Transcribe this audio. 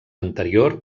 anterior